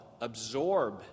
absorb